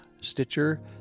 Stitcher